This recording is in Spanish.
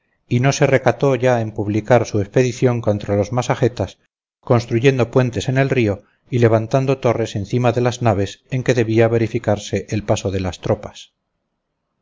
y no se recató ya en publicar su expedición contra los masagetas construyendo puentes en el río y levantando torres encima de las naves en que debía verificarse el paso de las tropas